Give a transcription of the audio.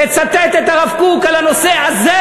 תצטט את הרב קוק על הנושא הזה,